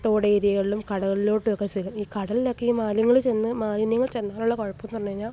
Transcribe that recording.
തോടേരിയകളിലും കടലിലോട്ടൊക്കെ ചെല്ലും ഈ കടലിലൊക്കെ ഈ മാലിന്യങ്ങൾ ചെന്നു മാലിന്യങ്ങള് ചെന്നാലുള്ള കുഴപ്പമെന്നു പറഞ്ഞു കഴിഞ്ഞാൽ